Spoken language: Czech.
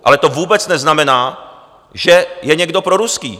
Ale to vůbec neznamená, že je někdo proruský.